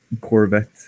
Corvette